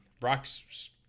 Brock's